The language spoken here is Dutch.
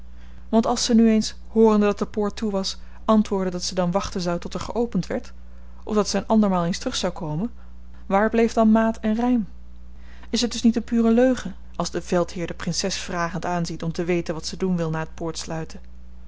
want als zy nu eens hoorende dat de poort toe was antwoordde dat ze dan wat wachten zou tot er geopend werd of dat zy een andermaal eens terug zou komen waar bleef dan maat en rym is het dus niet een pure leugen als de veldheer de prinses vragend aanziet om te weten wat ze doen wil na t